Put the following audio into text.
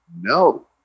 no